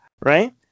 right